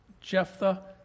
Jephthah